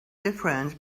difference